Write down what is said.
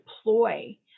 deploy